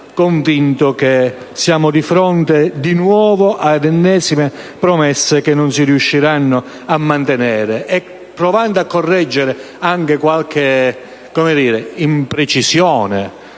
convinto che siamo di fronte, di nuovo ad ennesime promesse che non si riusciranno a mantenere. Provando a correggere anche qualche imprecisione,